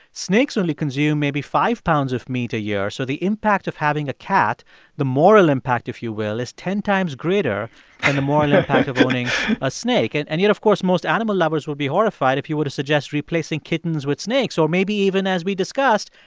snakes only consume maybe five pounds of meat a year, so the impact of having a cat the moral impact, if you will is ten times greater than and the moral impact of owning a snake. and and yet, of course, most animal lovers will be horrified if you were to suggest replacing kittens with snakes or maybe even, as we discussed,